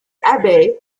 abbey